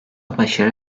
başarı